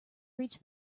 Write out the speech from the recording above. reach